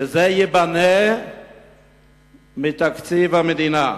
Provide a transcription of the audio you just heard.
שזה ייבנה מתקציב המדינה,